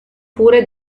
pure